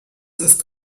ist